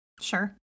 Sure